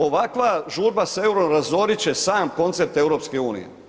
Ovakva žurba sa eurom razoriti će sam koncept EU.